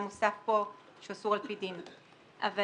אז